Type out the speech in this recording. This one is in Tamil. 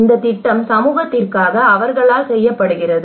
இந்த திட்டம் சமூகத்திற்காக அவர்களால் செய்யப்படுகிறது